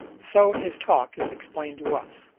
so his talk is explained to us.